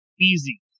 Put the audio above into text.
easy